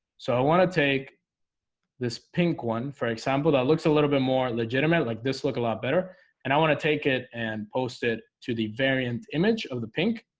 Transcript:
so i want to take this pink one for example that looks a little bit more legitimate like this look a lot better and i want to take it and post it to the variant image of the pink